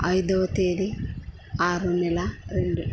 ఐదవ తేదీ ఆరవ నెల రెండు